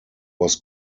was